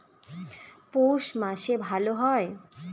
পৌষ মাসে ভালো হয়?